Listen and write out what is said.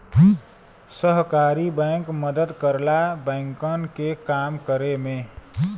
सहकारी बैंक मदद करला बैंकन के काम करे में